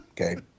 okay